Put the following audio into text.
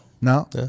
No